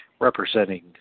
representing